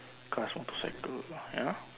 cause I went to